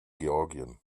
georgien